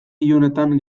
ilunetan